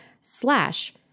slash